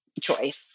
choice